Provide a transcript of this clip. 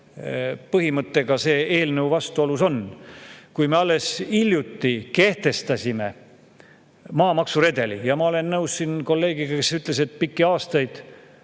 põhimõttega see eelnõu vastuolus on. Me alles hiljuti kehtestasime maamaksuredeli. Ja ma olen nõus kolleegiga, kes ütles, et pikki aastaid